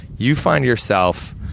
you find yourself